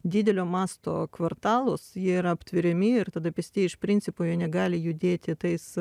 didelio masto kvartalus jie yra aptveriami ir tada pėstieji iš principo jie negali judėti tais